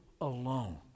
alone